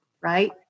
right